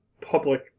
public